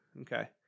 Okay